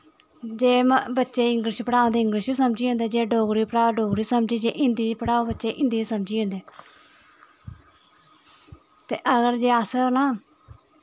जे बच्चें ई इंगलिश पढ़ाओ ते इंगलिश बी समझी जंदे न जे डोगरी पढ़ाओ डोगरी च जे हिन्दी पढ़ाओ हिन्दी च समझी जंदे ते अगर जे अस ना